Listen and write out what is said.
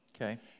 Okay